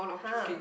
!huh!